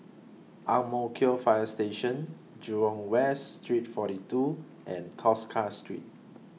Ang Mo Kio Fire Station Jurong West Street forty two and Tosca Street